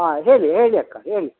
ಹಾಂ ಹೇಳಿ ಹೇಳಿ ಅಕ್ಕ ಹೇಳಿ